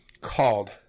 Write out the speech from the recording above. called